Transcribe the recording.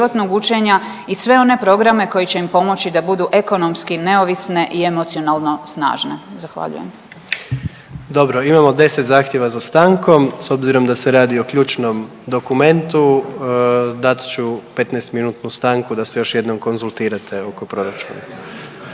učenja i sve one programe koji će im pomoći da budu ekonomski neovisne i emocionalno snažne. Zahvaljujem. **Jandroković, Gordan (HDZ)** Dobro, imamo deset zahtjeva za stankom, s obzirom da se radi o ključnom dokumentu dat ću 15-minutnu stanku da se još jednom konzultirate oko proračuna.